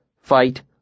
fight